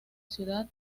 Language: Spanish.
ciudad